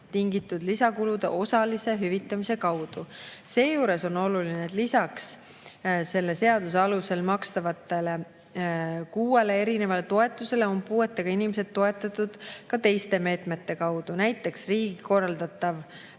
tingitud lisakulude osalise hüvitamise kaudu. Seejuures on oluline, et lisaks selle seaduse alusel makstavatele kuuele erinevale toetusele on puuetega inimesed toetatud ka teiste meetmete kaudu, näiteks riigi korraldatav